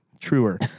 truer